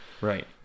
Right